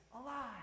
alive